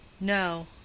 no